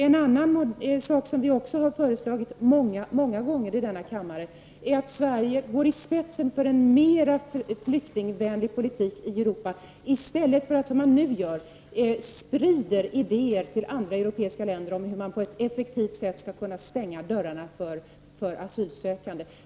En annan sak som vi har föreslagit många gånger här i kammaren är att Sverie skall gå i spetsen för en mer flyktingvänlig politik i Europa i stället för att som nu sprida idéer till andra europeiska länder om hur man på ett effektivt sätt kan stänga dörrarna för asylsökande.